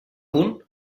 punt